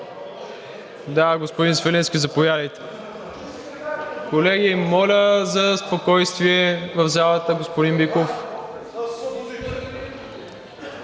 си! Господин Свиленски, заповядайте. Колеги, моля за спокойствие в залата. Господин Биков!